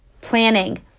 planning